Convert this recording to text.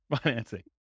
financing